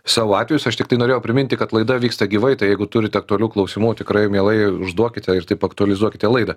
savo atvejus aš tiktai norėjau priminti kad laida vyksta gyvai tai jeigu turit aktualių klausimų tikrai mielai užduokite ir taip aktualizuokite laidą